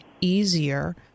easier